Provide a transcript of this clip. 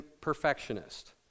perfectionist